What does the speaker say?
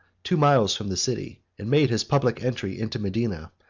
two miles from the city, and made his public entry into medina,